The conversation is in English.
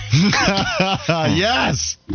Yes